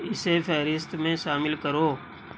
اسے فہرست میں شامل کرو